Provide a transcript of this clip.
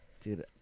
Dude